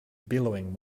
billowing